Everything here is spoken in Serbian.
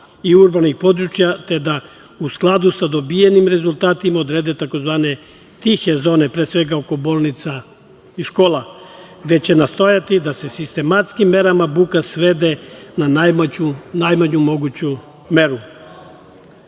i urbanih područja, te da u skladu sa dobijenim rezultatima odrede tzv. tihe zone, pre svega oko bolnica i škola, gde će nastojati da se sistematskim merama buka svede na najmanju moguću meru. Na